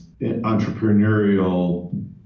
entrepreneurial